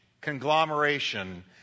conglomeration